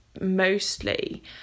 mostly